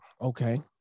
Okay